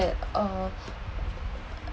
uh